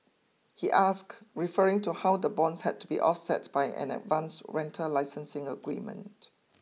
he asked referring to how the bonds had to be offset by an advance rental licensing agreement